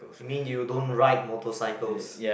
you mean you don't ride motorcycles